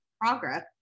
progress